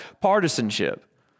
partisanship